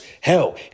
Hell